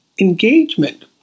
engagement